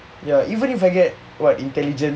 ya even if I get what intelligence